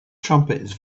trumpets